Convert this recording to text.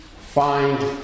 Find